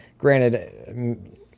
Granted